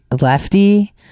Lefty